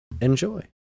enjoy